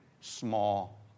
small